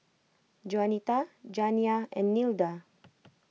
Juanita Janiah and Nilda